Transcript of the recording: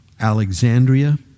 Alexandria